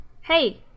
Hey